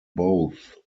both